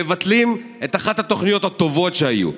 מבטלים את אחת התוכניות הטובות שהיו.